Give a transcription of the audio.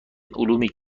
علومی